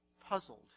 puzzled